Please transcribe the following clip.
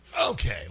Okay